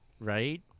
right